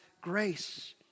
grace